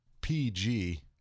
PG